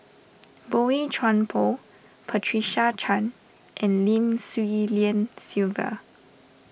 Boey Chuan Poh Patricia Chan and Lim Swee Lian Sylvia